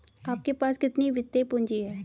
आपके पास कितनी वित्तीय पूँजी है?